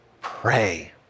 pray